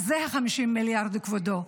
אז זה ה-50 מיליארד, כבודו.